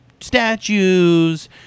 statues